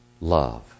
love